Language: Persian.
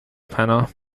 پناه